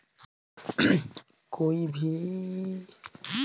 कोई भी बिहान अंकुरित होत रेहेल तब ओमा लाही नामक बिमारी होयल?